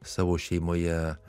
savo šeimoje